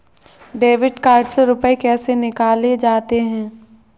Debit card से रुपये कैसे निकाले जाते हैं?